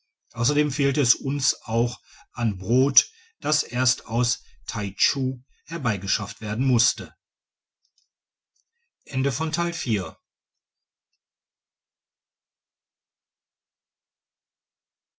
ausserdem fehlte es uns auch an brot das erst aus taichu herbeigeschafft werden musste